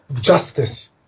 justice